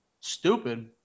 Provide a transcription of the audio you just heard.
stupid